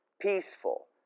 peaceful